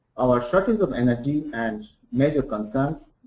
our shortage of energy and major concerns.